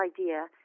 idea